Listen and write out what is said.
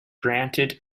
granted